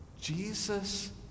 Jesus